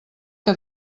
que